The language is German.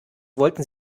wollten